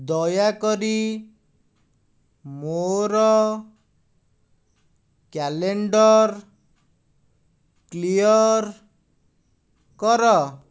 ଦୟାକରି ମୋର calendar clear କର